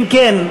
אם כן,